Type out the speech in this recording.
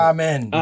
Amen